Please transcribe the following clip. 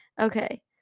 okay